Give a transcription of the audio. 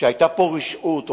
שהיתה פה רשעות.